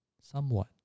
somewhat